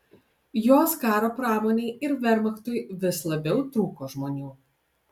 jos karo pramonei ir vermachtui vis labiau trūko žmonių